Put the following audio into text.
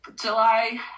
July